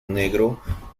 negro